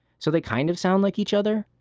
so they kind of sound like each other,